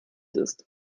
ist